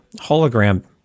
hologram